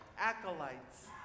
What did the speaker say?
Acolytes